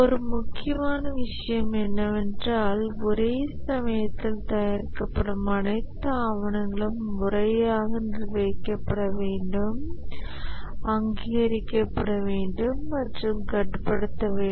ஒரு முக்கிய விஷயம் என்னவென்றால் ஒரே சமயத்தில் தயாரிக்கப்படும் அனைத்து ஆவணங்களும் முறையாக நிர்வகிக்கப்பட வேண்டும் அங்கீகரிக்கப்பட வேண்டும் மற்றும் கட்டுப்படுத்தப்பட வேண்டும்